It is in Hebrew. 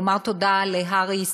לומר תודה להר"י,